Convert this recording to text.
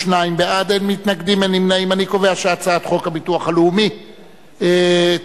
ההצעה להעביר את הצעת חוק הביטוח הלאומי (תיקון,